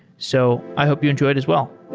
so i hope you enjoy it as well